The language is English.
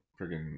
friggin